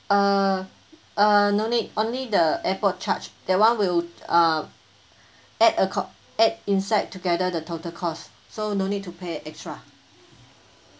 uh uh no need only the airport charge that [one] we'll uh add accor~ add inside together the total cost so no need to pay extra